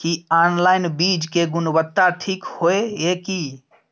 की online बीज के गुणवत्ता ठीक होय ये की?